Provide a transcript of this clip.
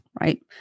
right